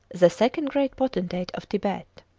the second great potentate of tibet.